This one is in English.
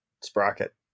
Sprocket